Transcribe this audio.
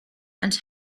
and